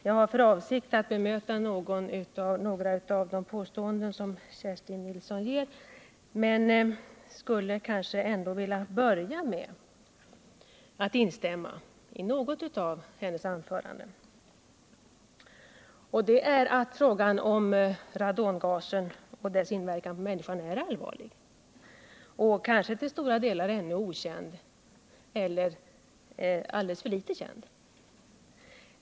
Jag har för avsikt att bemöta några av de påståenden som Kerstin Nilsson gör men vill ändå börja med att instämma i något av hennes anförande. Jag instämmer i att frågan om radongasen och dess inverkan på människan är allvarlig och kanske till stora delar alldeles för litet känd.